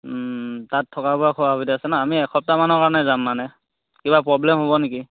তাত থকা বোৱা খোৱা সুবিধা আছে ন আমি এসপ্তাহমানৰ কাৰণে যাম মানে কিবা প্ৰব্লেম হ'ব নেকি